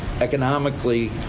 economically